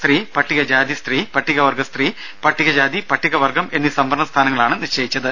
സ്ത്രീ പട്ടികജാതി സ്ത്രീ പട്ടിക വർഗ സ്ത്രീ പട്ടിക ജാതി പട്ടിക വർഗ്ഗം എന്നീ സംവരണ സ്ഥാനങ്ങൾ ആണ് നിശ്ചയിച്ചത്